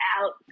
out